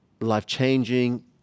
life-changing